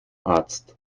arzt